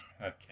Okay